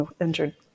injured